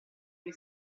noi